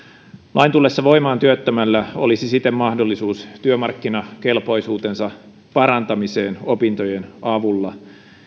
lain tullessa voimaan työttömällä olisi siten mahdollisuus työmarkkinakelpoisuutensa parantamiseen opintojen avulla